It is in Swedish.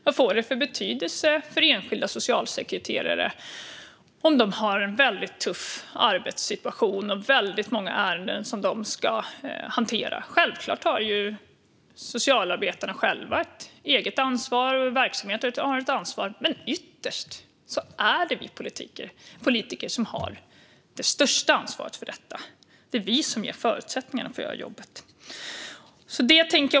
Vad får det för betydelse för enskilda socialsekreterare om de har en tuff arbetssituation och många ärenden som de ska hantera? Självklart har socialarbetarna ett eget ansvar, och verksamheterna har också ett ansvar. Men ytterst har vi politiker det största ansvaret för detta. Det är vi som ger förutsättningarna för att de ska kunna göra jobbet.